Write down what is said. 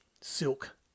Silk